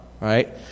right